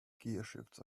gearshifts